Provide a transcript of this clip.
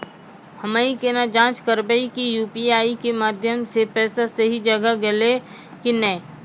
हम्मय केना जाँच करबै की यु.पी.आई के माध्यम से पैसा सही जगह गेलै की नैय?